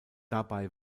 dabei